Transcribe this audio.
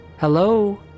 Hello